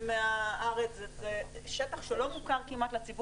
כשאני מסתכל על תפקודה של הממשלה אני רוצה שיהיה חזון,